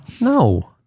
no